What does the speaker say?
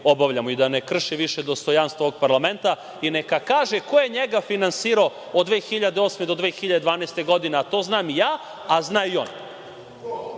obavljamo, i da ne krši više dostojanstvo ovog parlamenta i neka kaže ko je njega finansirao od 2008-2012. godine? To znam i ja, a zna i on.